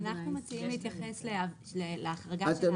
אנחנו מציעים להתייחס להחרגה -- אתם